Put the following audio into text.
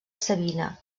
savina